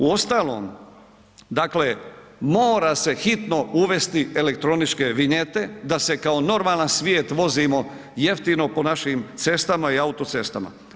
Uostalom, dakle mora se hitno uvesti elektroničke vinjete da se kao normalan svijet vozimo jeftino po našim cestama i autocestama.